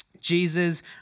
Jesus